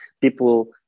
people